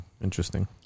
Interesting